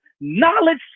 knowledge